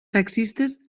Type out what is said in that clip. taxistes